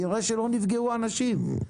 נראה שלא נפגעו אנשים.